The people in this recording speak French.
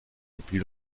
depuis